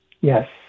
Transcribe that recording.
Yes